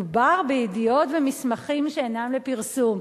מדובר בידיעות ומסמכים שאינם לפרסום,